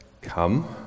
come